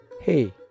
hey